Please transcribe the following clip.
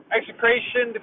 Execration